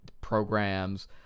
Programs